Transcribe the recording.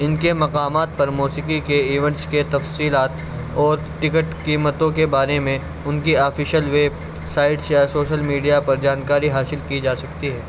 ان کے مقامات پر موسیقی کے ایونٹس کے تفصیلات اور ٹکٹ قیمتوں کے بارے میں ان کی آفیشیل ویبسائٹس یا شوشل میڈیا پر جانکاری حاصل کی جا سکتی ہے